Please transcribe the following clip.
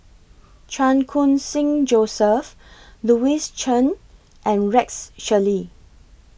Chan Khun Sing Joseph Louis Chen and Rex Shelley